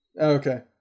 Okay